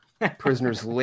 prisoners